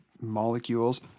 molecules